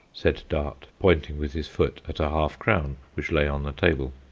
said dart, pointing with his foot at a half-crown which lay on the table.